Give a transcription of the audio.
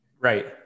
Right